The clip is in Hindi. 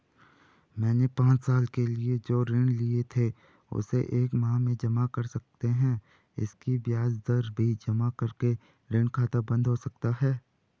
मैंने पांच साल के लिए जो ऋण लिए थे उसे एक माह में जमा कर सकते हैं इसकी ब्याज दर भी जमा करके ऋण खाता बन्द हो सकता है?